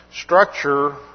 Structure